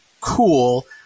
cool